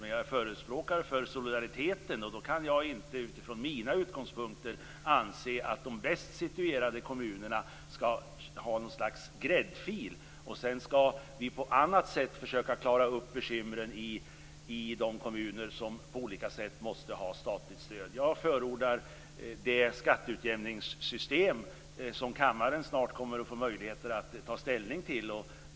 Men jag är förespråkare för solidariteten, och då kan jag inte utifrån mina utgångspunkter anse att de bäst situerade kommunerna skall ha något slags gräddfil och att vi sedan på annat sätt skall försöka klara upp bekymren i de kommuner som på olika sätt måste ha statligt stöd. Jag förordar det skatteutjämningssystem som kammaren snart kommer att få möjlighet att ta ställning ta.